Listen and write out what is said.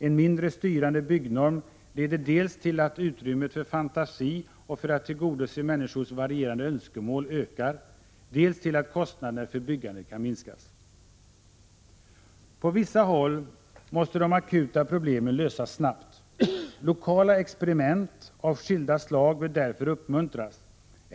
En mindre styrande byggnorm leder dels till att utrymmet för fantasi och för möjligheten att tillgodose människors varierande önskemål ökar, dels till att kostnaderna för byggandet kan minska. På vissa håll måste de akuta problemen lösas snabbt. Lokala experiment av skilda slag bör därför uppmuntras.